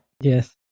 Yes